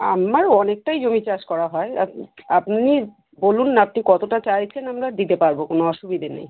আপনার অনেকটাই জমি চাষ করা হয় আপনি আপনি বলুন না আপনি কতটা চাইছেন আমরা দিতে পারবো কোনো অসুবিধে নেই